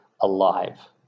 alive